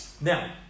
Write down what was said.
now